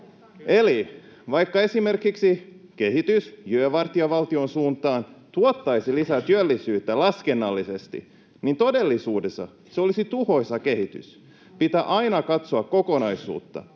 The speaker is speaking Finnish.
Eli vaikka esimerkiksi kehitys yövartijavaltion suuntaan tuottaisi lisää työllisyyttä laskennallisesti, niin todellisuudessa se olisi tuhoisa kehitys. Pitää aina katsoa kokonaisuutta,